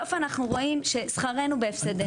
בסוף אנחנו רואים ששכרנו בהפסדנו.